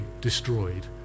destroyed